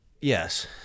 Yes